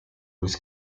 with